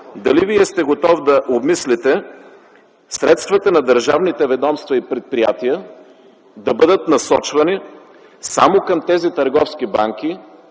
Дали Вие сте готов да обмислите средствата на държавните ведомства и предприятия да бъдат насочвани само към тези търговски банки,